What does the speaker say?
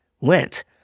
went